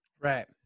Right